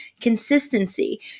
consistency